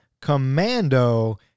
Commando